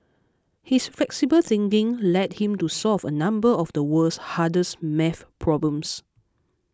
his flexible thinking led him to solve a number of the world's hardest math problems